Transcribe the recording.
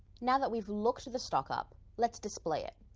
now that we've looked this stock up, let's display it.